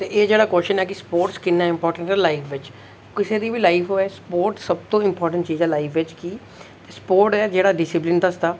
ते एह् जेह्ड़ा कोशन ऐ कि स्पोर्ट्स किन्ना इम्पार्टेंट ऐ लाइफ बिच्च किसे दी बी लाइफ होऐ स्पोर्ट्स सब तूं इम्पार्टेंट चीज ऐ लाइफ बिच स्पोर्ट ऐ जेह्ड़ा डिसिप्लीन दसदा